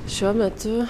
šiuo metu